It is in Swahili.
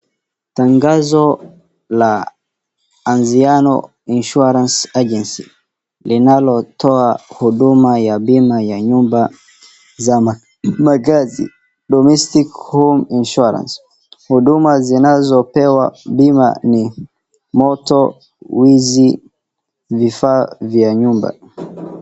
Tangazo la Anziano Insurance Agency linalotoa huduma ya bima ya nyumba za makazi, Domestic home insurance . Huduma zinazopewa bima ni moto, wizi, vifaa vya nyumba.